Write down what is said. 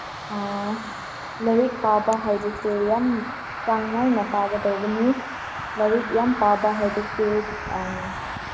ꯂꯥꯏꯔꯤꯛ ꯄꯥꯕ ꯍꯥꯏꯕꯁꯦ ꯌꯥꯝ ꯆꯥꯡ ꯅꯥꯏꯅ ꯄꯥꯒꯗꯧꯕꯅꯤ ꯂꯥꯏꯔꯤꯛ ꯌꯥꯝ ꯄꯥꯕ ꯍꯥꯏꯕꯁꯤ